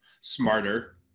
smarter